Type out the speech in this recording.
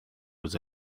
was